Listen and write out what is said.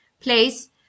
place